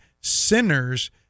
sinners